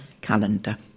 calendar